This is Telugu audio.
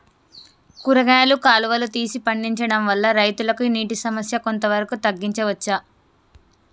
కూరగాయలు కాలువలు తీసి పండించడం వల్ల రైతులకు నీటి సమస్య కొంత వరకు తగ్గించచ్చా?